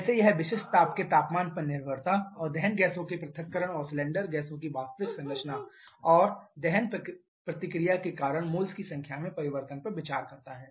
जैसे यह विशिष्ट ताप के तापमान पर निर्भरता और दहन गैसों के पृथक्करण और सिलेंडर गैसों की वास्तविक संरचना और दहन प्रतिक्रिया के कारण मोल्स की संख्या में परिवर्तन पर विचार करता है